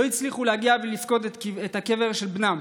הם לא הצליחו להגיע ולפקוד את הקבר של בנם,